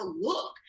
look